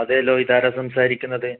അതെയല്ലോ ഇതാരാണ് സംസാരിക്കുന്നത്